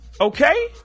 Okay